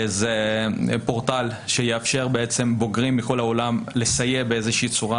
זה פורטל שיאפשר לבוגרים מכל העולם לסייע באיזה שהיא צורה